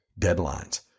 deadlines